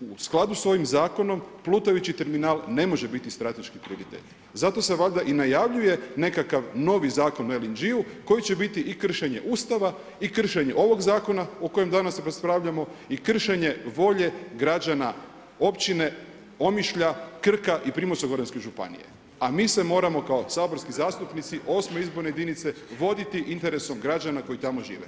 u skladu sa ovim zakonom, plutajući terminal ne može biti strateški prioritet, zato se valjda i najavljuje nekakav novi zakon o LNG-u koji će biti i kršenje Ustava i kršenje ovoga zakona o kojem danas raspravljamo i kršenje volje građana općine Omišlja, Krka i Primorsko-goranske županije a mi se moramo kao saborski zastupnici VIII. izborne jedinice voditi interesom građana koji tamo žive.